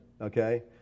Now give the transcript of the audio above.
Okay